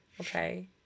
Okay